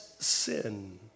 Sin